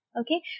Okay